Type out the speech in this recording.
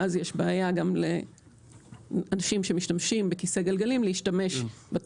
ואז יש בעיה גם לאנשים שמשתמשים בכיסא גלגלים להשתמש בתחבורה הציבורית.